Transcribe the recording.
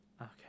Okay